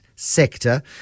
sector